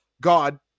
God